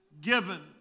given